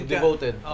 Devoted